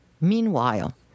Meanwhile